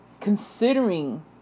considering